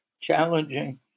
challenging